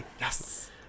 yes